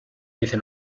dice